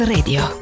Radio